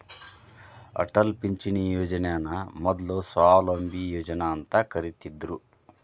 ಅಟಲ್ ಪಿಂಚಣಿ ಯೋಜನನ ಮೊದ್ಲು ಸ್ವಾವಲಂಬಿ ಯೋಜನಾ ಅಂತ ಕರಿತ್ತಿದ್ರು